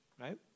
right